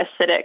acidic